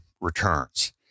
returns